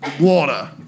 water